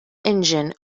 engine